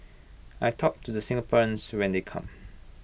I talk to the Singaporeans when they come